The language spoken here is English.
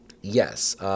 Yes